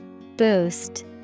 boost